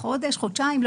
חודש חודשיים,